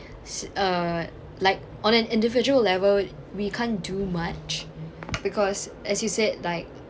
s~ uh like on an individual level we can't do much because as you said like